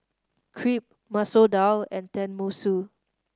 Crepe Masoor Dal and Tenmusu